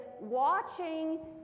watching